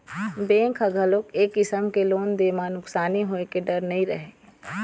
bank ह घलोक ए किसम के लोन दे म नुकसानी होए के डर नइ रहय